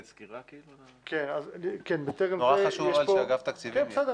אבל נורא חשוב שאגף תקציבים יהיה פה,